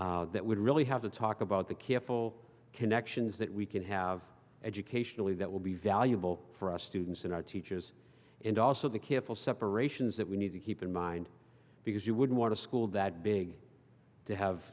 twelve that would really have to talk about the careful connections that we can have educationally that will be valuable for us students and our teachers and also the careful separations that we need to keep in mind because you wouldn't want to school that big to have